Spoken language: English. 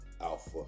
alpha